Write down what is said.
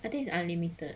I think it's unlimited